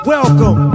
Welcome